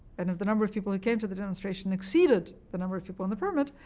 and if the number of people who came to the demonstration exceeded the number of people on the permit,